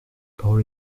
parole